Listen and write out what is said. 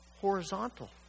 horizontal